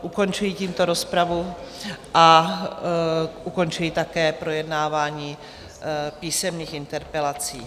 Ukončuji tímto rozpravu a ukončuji také projednávání písemných interpelací.